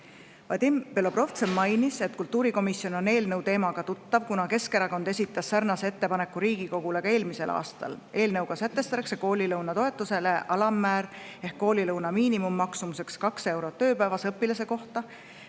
Vadim Belobrovtsev mainis, et kultuurikomisjon on eelnõu teemaga tuttav, kuna Keskerakond esitas sarnase ettepaneku Riigikogule ka eelmisel aastal. Eelnõuga soovitakse sätestada koolilõuna toetusele alammäär ehk koolilõuna miinimummaksumuseks 2 eurot ööpäevas õpilase kohta.